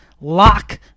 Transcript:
Lock